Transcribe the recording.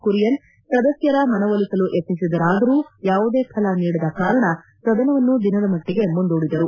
ಕುರಿಯನ್ ಸದಸ್ಟರ ಮನವೊಲಿಸಲು ಯತ್ನಿಸಿದರಾದರೂ ಯಾವುದೇ ಫಲ ನೀಡದ ಕಾರಣ ಸದನವನ್ನು ದಿನದ ಮಟ್ಟಗೆ ಮುಂದೂಡಿದರು